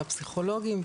לפסיכולוגים,